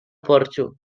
porxo